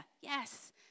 Yes